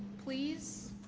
please